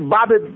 Bobby